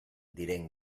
diren